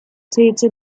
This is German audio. täte